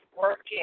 working